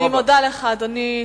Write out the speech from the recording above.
אני מודה לך, אדוני.